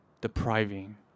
depriving